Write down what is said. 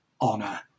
honor